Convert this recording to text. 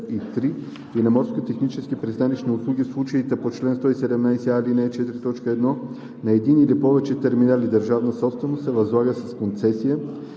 и на морско-технически пристанищни услуги в случаите по чл. 117а, ал. 4, т. 1 на един или повече терминали – държавна собственост, се възлага с концесия